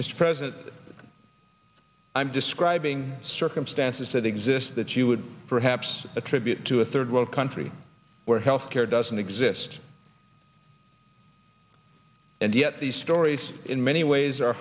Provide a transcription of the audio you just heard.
mr president i'm describing circumstances that exist that you would perhaps attribute to a third world country where health care doesn't exist and yet these stories in many ways are